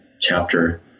Chapter